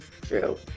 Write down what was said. true